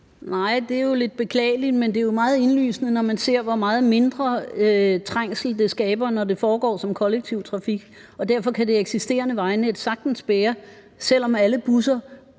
(EL): Det er jo lidt beklageligt, men det er meget indlysende, når man ser, hvor meget mindre trængsel det skaber, når det foregår som kollektiv trafik. Derfor kan det eksisterende vejnet sagtens bære alle busser